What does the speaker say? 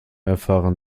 erfahren